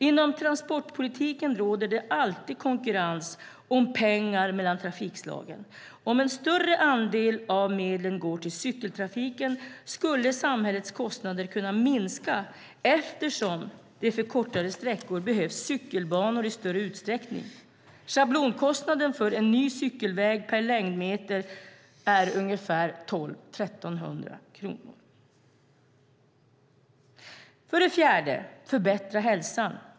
Inom transportpolitiken råder det alltid konkurrens om pengar mellan trafikslagen. Om en större andel av medlen går till cykeltrafiken skulle samhällets kostnader kunna minska eftersom det för kortare sträckor behövs cykelbanor i större utsträckning. Schablonkostnaden för en ny cykelväg per längdmeter är ungefär 1 200-1 300 kronor. För det fjärde förbättrar man hälsan.